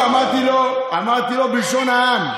לא, אמרתי לו בלשון העם.